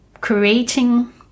creating